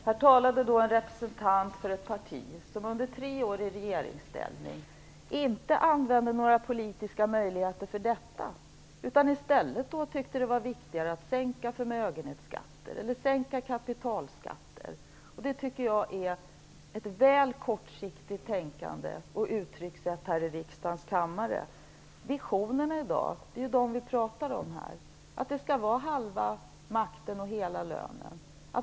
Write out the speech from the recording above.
Herr talman! Här talade en representant för ett parti som under tre år i regeringsställning inte använde några politiska möjligheter för detta, utan i stället tyckte att det var viktigare att sänka förmögenhetsskatter eller sänka kapitalskatter. Det tycker jag är ett väl kortsiktigt tänkande och uttryckssätt här i riksdagens kammare. Visionerna är ju det vi pratar om här i dag. Det skall vara halva makten och hela lönen.